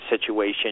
situation